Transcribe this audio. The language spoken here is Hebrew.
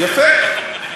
יפה.